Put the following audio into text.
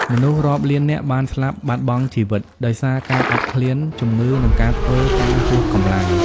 មនុស្សរាប់លាននាក់បានស្លាប់បាត់បង់ជីវិតដោយសារការអត់ឃ្លាន ជំងឺ និងការធ្វើការហួសកម្លាំង។